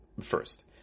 first